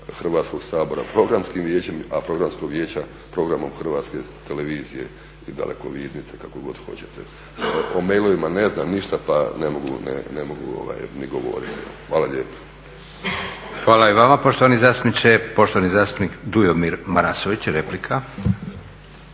Hrvatskog sabora Programskih vijećem, a Programskog vijeća programom HT-a ili dalekovidnice, kako god hoćete. O mailovima ne znam ništa pa ne mogu ni govoriti. Hvala lijepo. **Leko, Josip (SDP)** Hvala i vama poštovani zastupniče. Poštovani zastupnik Dujomir Marasović, replika.